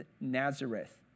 Nazareth